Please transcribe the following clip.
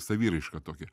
saviraišką tokią